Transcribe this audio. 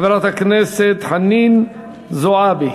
חברת הכנסת חנין זועבי.